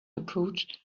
approached